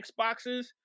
Xboxes